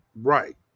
Right